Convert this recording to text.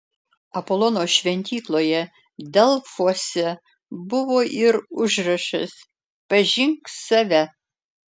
apolono šventykloje delfuose buvo ir užrašas pažink save